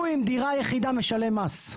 והוא עם דירה יחידה משלם מס.